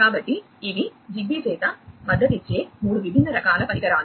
కాబట్టి ఇవి జిగ్బీ చేత మద్దతిచ్చే 3 విభిన్న రకాల పరికరాలు